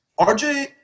RJ